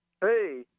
Hey